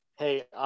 hey